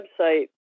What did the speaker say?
website